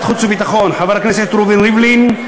החוץ והביטחון: חבר הכנסת רובי ריבלין,